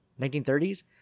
1930s